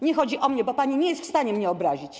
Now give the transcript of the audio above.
Nie chodzi o mnie, bo pani nie jest w stanie mnie obrazić.